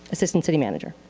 assistant city manager.